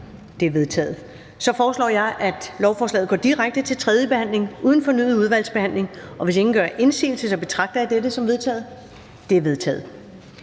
sluttet. Jeg foreslår, at lovforslaget går direkte til tredje behandling uden fornyet udvalgsbehandling. Hvis ingen gør indsigelse, betragter jeg det som vedtaget. Det er vedtaget.